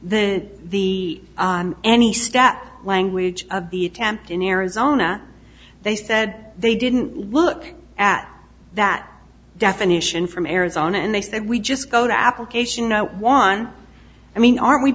this the on any stat language of the attempt in arizona they said they didn't look at that definition from arizona and they said we just go to application one i mean aren't we